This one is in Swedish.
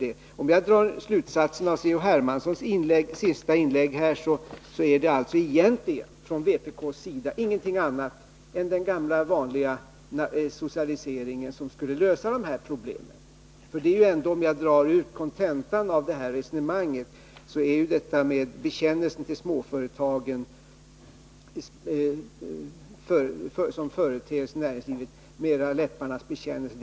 En slutsats av Carl-Henrik Hermanssons senaste inlägg är att vpk anser att ingenting annat än den gamla vanliga socialiseringen kan lösa problemen. Kontentan av Carl-Henrik Hermanssons resonemang om småföretagen som en företeelse i näringslivet blir att det bara rör sig om en läpparnas bekännelse.